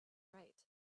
right